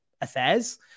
affairs